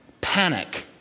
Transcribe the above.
panic